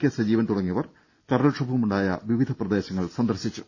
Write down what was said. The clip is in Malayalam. കെ സജീവൻ തുടങ്ങിയവർ കടൽക്ഷോഭമുണ്ടായ വിവിധ പ്രദേശങ്ങൾ സന്ദർശിച്ചു